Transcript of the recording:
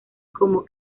como